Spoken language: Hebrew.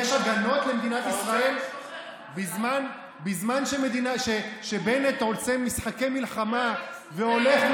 יש הגנות למדינת ישראל בזמן שבנט עושה משחקי מלחמה והולך,